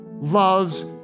loves